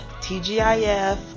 tgif